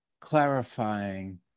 clarifying